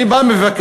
אני בא ומבקש